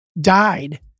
died